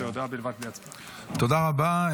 תודה רבה.